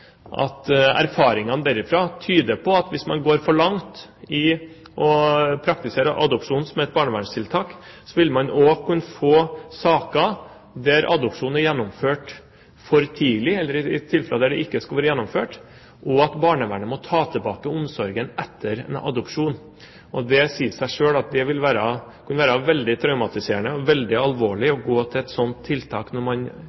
erfaringene der tyder på at hvis man går for langt i å praktisere adopsjon som et barnevernstiltak, vil man også kunne få saker der adopsjon er gjennomført for tidlig, eller tilfeller der det ikke skulle vært gjennomført adopsjon, og hvor barnevernet må ta tilbake omsorgen etter en adopsjon. Det sier seg selv at det vil være veldig traumatiserende og veldig alvorlig å gå til et slikt tiltak når man